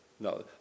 No